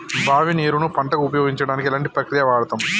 బావి నీరు ను పంట కు ఉపయోగించడానికి ఎలాంటి ప్రక్రియ వాడుతం?